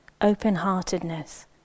open-heartedness